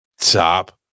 top